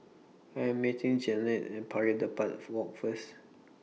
I Am meeting Jeannette and Pari Dedap Walk First